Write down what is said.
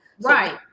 Right